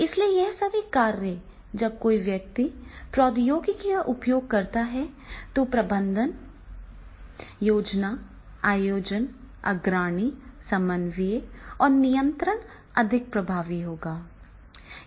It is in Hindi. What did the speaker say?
इसलिए ये सभी कार्य जब कोई व्यक्ति प्रौद्योगिकी का उपयोग करता है तो प्रबंधन योजना आयोजन अग्रणी समन्वय और नियंत्रण अधिक प्रभावी होगा